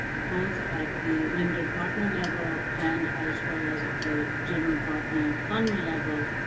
both at the limited partner level and as well as at the general partner fund level.